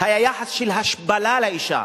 היה יחס של השפלה לאשה.